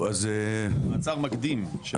מצב מקדים.